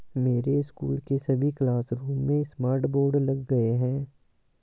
मेरे स्कूल के सभी क्लासरूम में स्मार्ट बोर्ड लग गए हैं